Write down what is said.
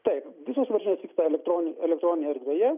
taip visos varžytinės vyksta elektron elektroninėje erdvėje